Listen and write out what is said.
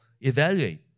evaluate